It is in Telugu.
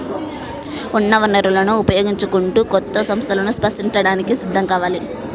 ఉన్న వనరులను ఉపయోగించుకుంటూ కొత్త సంస్థలను సృష్టించడానికి సిద్ధం కావాలి